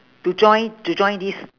to join to join this